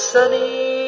Sunny